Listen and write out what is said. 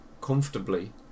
comfortably